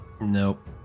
Nope